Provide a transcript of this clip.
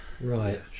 right